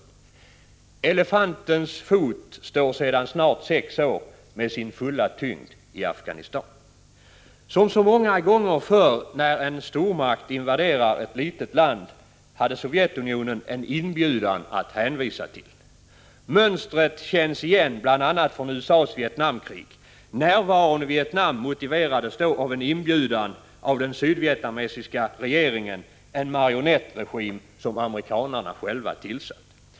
Elefantens fot står sedan snart sex år med sin fulla tyngd i Afghanistan. Som så många gånger förr när en stormakt invaderar ett litet land hade Sovjetunionen en inbjudan att hänvisa till. Mönstret känns igen bl.a. från USA:s Vietnamkrig. Närvaron i Vietnam motiverades då av en inbjudan av den sydvietnamesiska regeringen — en marionettregim som amerikanarna själva tillsatt.